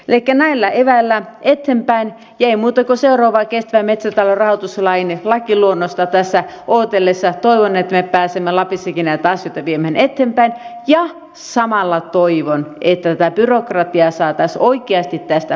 elikkä näillä eväillä eteenpäin ja ei muuta kuin seuraavaa kestävän metsätalouden rahoituslain lakiluonnosta tässä odotellessa toivon että me pääsemme lapissakin näitä asioita viemään eteenpäin ja samalla toivon että byrokratiaa saataisiin oikeasti tästä purettua